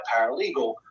paralegal